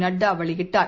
நட்டா வெளியிட்டார்